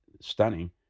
stunning